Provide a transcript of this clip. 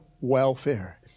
welfare